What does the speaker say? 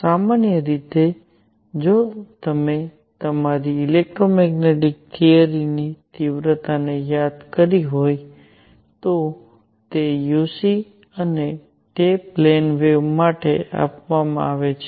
સામાન્ય રીતે જો તમે તમારી ઇલેક્ટ્રોમેગ્નેટિક થિયરીની તીવ્રતા ને યાદ કરી હોય તો તે uc અને તે પ્લેન વેવ માટે આપવામાં આવે છે